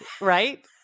Right